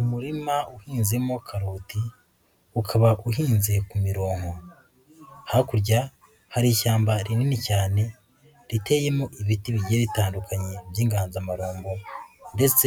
Umurima uhinzemo karoti ukaba uhinze kumi mirongo, hakurya hari ishyamba rinini cyane riteyemo ibiti bigiye bitandukanye by'inganzamarumbo ndetse